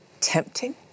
tempting